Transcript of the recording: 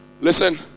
Listen